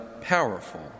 powerful